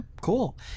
cool